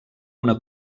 una